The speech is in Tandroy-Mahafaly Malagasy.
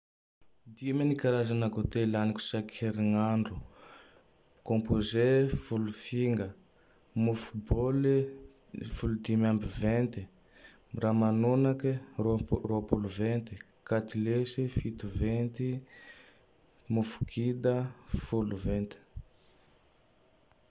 Dimy ny karazany gote laniko isak herign'andro: Kômpôze Folo finga; mofo bôly Folo dimy ambe vente, Ramonake Ropo-Roapolo venty, Katilesy fito venty, Mofo Kida Folo venty.